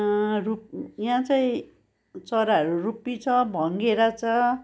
रूप् यहाँ चाहिँ चराहरू रूप्पी छ भँगेरा छ